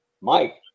Mike